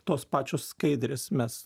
tos pačios skaidrės mes